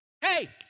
Hey